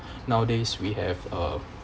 nowadays we have uh